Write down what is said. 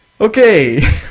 Okay